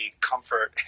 comfort